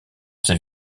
ses